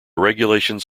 regulations